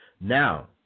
Now